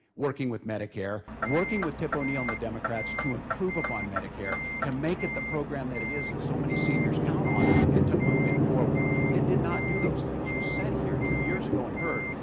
working with medicare, working with tip o'neill and the democrats, to improve upon medicare, to make it the program that it is that so many seniors count on, and to move it forward. it did not do those things. you sat here two years ago and heard,